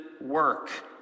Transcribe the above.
work